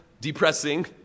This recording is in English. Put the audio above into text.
depressing